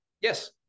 Yes